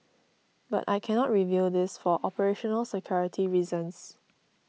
but I cannot reveal this for operational security reasons